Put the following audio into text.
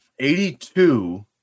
82